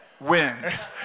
Wins